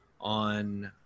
on